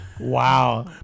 Wow